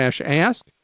ask